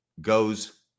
goes